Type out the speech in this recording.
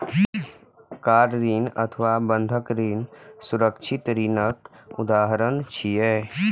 car ऋण अथवा बंधक ऋण सुरक्षित ऋणक उदाहरण छियै